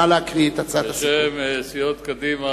בשם סיעות קדימה,